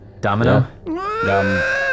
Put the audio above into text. Domino